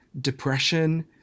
depression